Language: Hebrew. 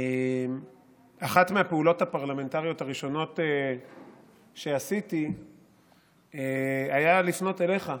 אחת מהפעולות הפרלמנטריות הראשונות שעשיתי הייתה לפנות אליך,